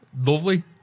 Lovely